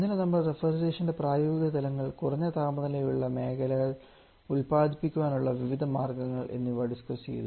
ഇന്നലെ നമ്മൾ റെഫ്രിജെറേഷൻൻറെ പ്രായോഗിക തലങ്ങൾ കുറഞ്ഞ താപനിലയുള്ള ഉള്ള മേഖലകൾ ഉൽപ്പാദിപ്പിക്കാനുള്ള വിവിധ മാർഗങ്ങൾ എന്നിവ ചർച്ച ചെയ്തു